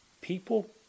people